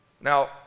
Now